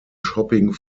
shopping